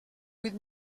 vuit